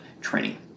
training